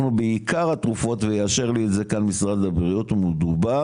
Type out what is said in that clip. אנחנו בעיקר התרופות ויאשר לי את זה כאן משרד הבריאות מדובר